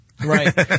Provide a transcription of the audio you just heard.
Right